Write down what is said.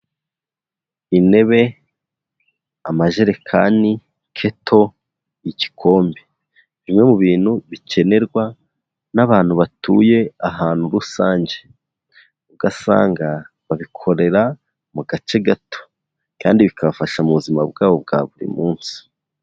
Intebe, amajerekani, keto, igikombe, bimwe mu bintu bikenerwa n'abantu batuye ahantu rusange, ugasanga babikorera mu gace gato, kandi bikabafasha mu buzima bwabo bwa buri munsi.